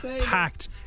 Packed